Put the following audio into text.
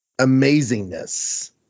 amazingness